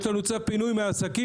יש לנו צו פינוי מהעסקים,